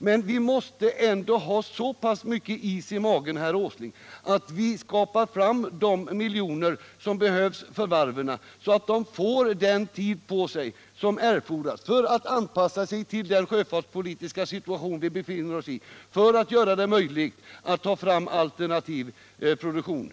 Men vi måste ändå ha så pass mycket — is i magen, herr Åsling, att vi skaffar fram de miljoner som behövs Om åtgärder för att för varven, så att de får den tid på sig som erfordras för att de skall — förhindra nedläggkunna anpassa sig till den sjöfartspolitiska situation vi befinner oss i, = ningav Arendalsså att det blir möjligt att ta fram alternativ produktion.